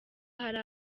hari